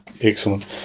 Excellent